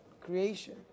creation